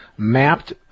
mapped